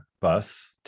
bus